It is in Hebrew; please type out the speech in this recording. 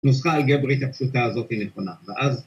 ‫נוסחה האלגברית הפשוטה הזאת נכונה.